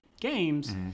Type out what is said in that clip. games